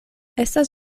estas